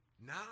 now